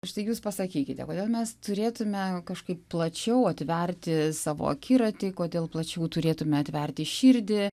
štai jūs pasakykite kodėl mes turėtume kažkaip plačiau atverti savo akiratį kodėl plačiau turėtumėme atverti širdį